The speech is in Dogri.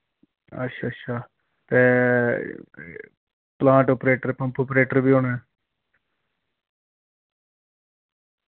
अच्छ अच्छा तै प्लांट आपरेटर पंप आपरेटर वी होने